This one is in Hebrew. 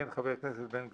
כן, חבר הכנסת בן גביר.